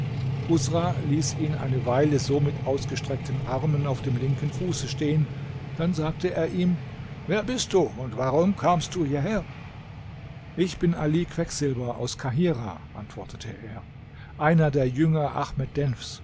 usra ließ ihn eine weile so mit ausgestreckten armen auf dem linken fuße stehen dann sagte er ihm wer bist du und warum kamst du hierher ich bin ali quecksilber aus kahirah antwortete er einer der jünger ahmed denfs